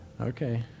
Okay